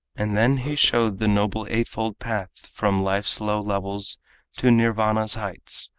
and then he showed the noble eightfold path from life's low levels to nirvana's heights,